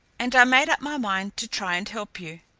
and i made up my mind to try and help you.